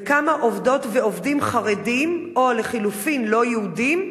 וכמה עובדות ועובדים חרדים, או לחלופין לא-יהודים,